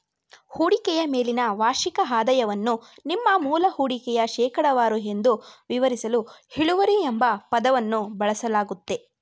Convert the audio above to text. ಹೂಡಿಕೆಯ ಮೇಲಿನ ವಾರ್ಷಿಕ ಆದಾಯವನ್ನು ನಿಮ್ಮ ಮೂಲ ಹೂಡಿಕೆಯ ಶೇಕಡವಾರು ಎಂದು ವಿವರಿಸಲು ಇಳುವರಿ ಎಂಬ ಪದವನ್ನು ಬಳಸಲಾಗುತ್ತೆ